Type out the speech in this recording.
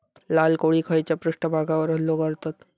लाल कोळी खैच्या पृष्ठभागावर हल्लो करतत?